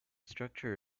structure